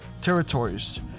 territories